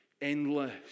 endless